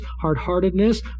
hard-heartedness